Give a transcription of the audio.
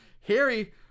Harry